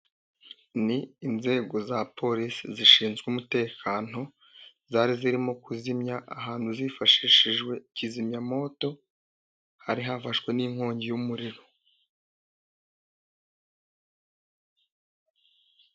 Ni inzego za polisi zishinzwe umutekano zari zirimo kuzimya ahantu zifashishije kizimyamowoto, hari hafashwe n'inkongi y'umuriro.